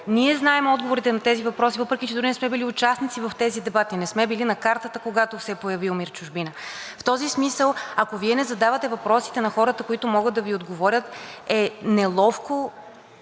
Ние знаем отговорите на тези въпроси, въпреки че дори не сме били участници в тези дебати, не сме били на картата, когато се е появил МИР „Чужбина“. В този смисъл, ако Вие не задавате въпросите на хората, които могат да Ви отговорят, е неловко